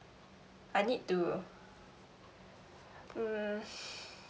I need to mm